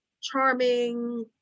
charming